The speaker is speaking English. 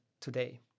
today